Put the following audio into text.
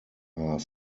are